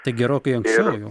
tai gerokai anksčiau